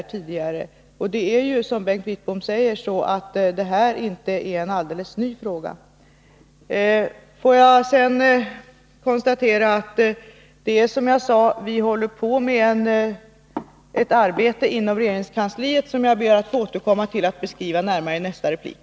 Det är ju så, som Bengt Wittbom säger, att detta inte är någonting alldeles nytt. Vi håller på med ett arbete inom regeringskansliet, som jag ber att få återkomma till och beskriva närmare i nästa replik.